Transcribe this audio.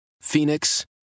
Phoenix